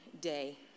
day